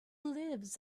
lives